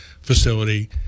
facility